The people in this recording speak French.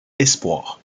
espoirs